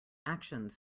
actions